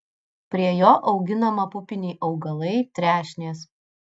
prie jo auginama pupiniai augalai trešnės